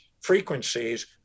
frequencies